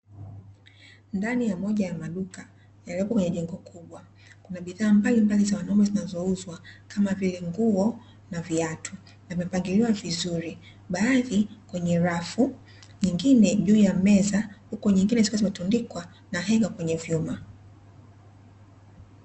Ndani ya moja ya maduka yaliyoko kwenye jengo kubwa kuna bidhaa mbali mbali za wanaume zinazouzwa kama vile nguo na viatu, vimepangiliwa vizuri baadhi kwenye rafu nyingine juu ya meza huku nyingine zikiwa zimetundikwa na henga kwenye vyuma.